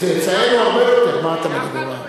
צאצאינו הרבה יותר, מה אתה מדבר.